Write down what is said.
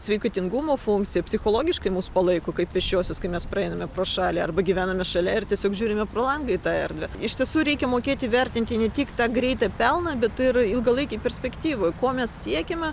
sveikatingumo funkciją psichologiškai mus palaiko kaip pėsčiuosius kai mes praeiname pro šalį arba gyvename šalia ir tiesiog žiūrime pro langą į tą erdvę iš tiesų reikia mokėti vertinti ne tik tą greitą pelną bet ir ilgalaikėj perspektyvoj ko mes siekiame